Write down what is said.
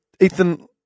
Ethan